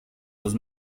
los